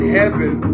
heaven